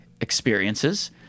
experiences